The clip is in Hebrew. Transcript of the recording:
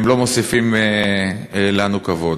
הם לא מוסיפים לנו כבוד.